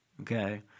okay